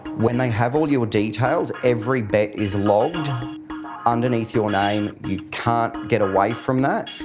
when they have all your details, every bet is logged underneath your name. you can't get away from that.